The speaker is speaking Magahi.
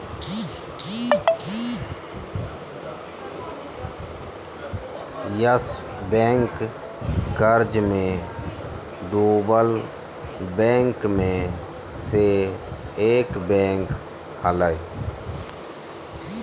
यस बैंक कर्ज मे डूबल बैंक मे से एक बैंक हलय